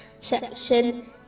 section